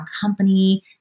company –